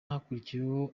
hakurikiraho